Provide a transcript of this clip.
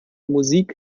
musik